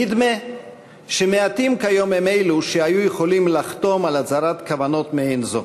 נדמה שמעטים כיום הם אלו שהיו יכולים לחתום על הצהרת כוונות מעין זו,